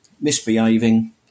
misbehaving